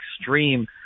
extreme